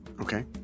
Okay